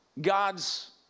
God's